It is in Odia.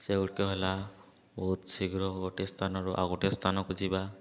ସେଗୁଡ଼ିକ ହେଲା ବହୁତ ଶୀଘ୍ର ଗୋଟେ ସ୍ଥାନରୁ ଆଉ ଗୋଟେ ସ୍ଥାନକୁ ଯିବା